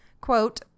Quote